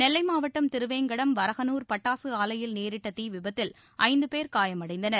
நெல்லை மாவட்டம் திருவேங்கடம் வரகனுர் பட்டாசு ஆலையில் நேிட்ட தீ விபத்தில் ஐந்து பேர் காயமடைந்தனர்